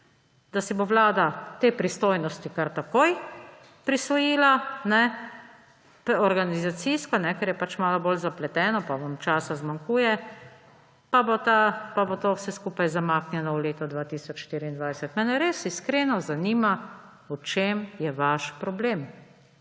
da si bo vlada te pristojnosti kar takoj prisvojila, organizacijsko, ker je pač malo bolj zapleteno in vam časa zmanjkuje, pa bo to vse skupaj zamaknjeno v leto 2024. Mene res 91. TRAK: (NB) – 18.30